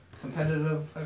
competitive